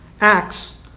Acts